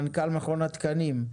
מנכ"ל מכון התקנים,